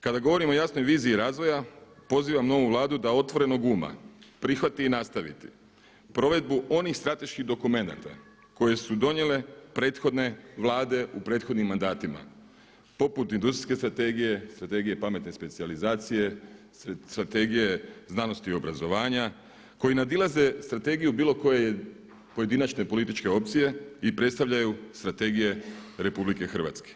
Kada govorim o jasnoj viziji razvoja pozivam novu Vladu da otvorenog uma prihvati i nastavi provedbu onih strateških dokumenata koje su donijele prethodne vlade u prethodnim mandatima, poput industrijske strategije, Strategije pametne specijalizacije, Strategije znanosti i obrazovanja koji nadilaze strategiju bilo koje pojedinačne političke opcije i predstavljaju strategije RH.